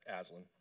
Aslan